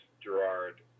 Gerard